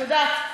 את יודעת,